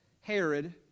Herod